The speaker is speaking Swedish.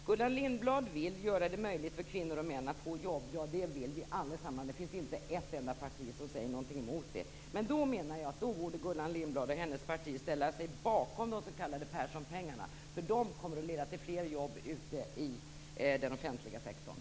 Gullan Lindblad vill göra det möjligt för kvinnor och män att få jobb. Ja, det vill vi alla. Det finns inte ett enda parti som säger något mot det. Men då menar jag att Gullan Lindblad och hennes parti borde ställa sig bakom de s.k. Perssonpengarna. De kommer att leda till fler jobb ute i den offentliga sektorn.